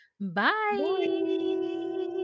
Bye